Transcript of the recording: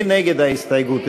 מי נגד ההסתייגות?